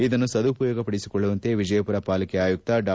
ಇದನ್ನು ಸದುಪಯೋಗಪಡಿಸಿಕೊಳ್ಲುವಂತೆ ವಿಜಯಪುರ ಪಾಲಿಕೆ ಆಯುಕ್ತ ಡಾ